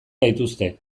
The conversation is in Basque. gaituzte